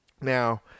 Now